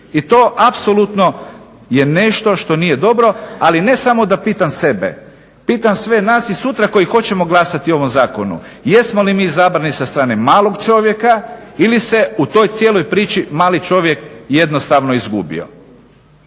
I to apsolutno je nešto što nije dobro, ali ne samo da pitam sebe. Pitam sve nas i sutra koji hoćemo glasati o ovom zakonu. Jesmo li mi izabrani sa strane malog čovjeka ili se u toj cijeloj priči mali čovjek jednostavno izgubio.